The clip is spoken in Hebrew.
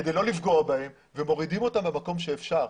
כדי לא לפגוע בהם ומורידים אותם במקום שאפשר.